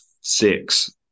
six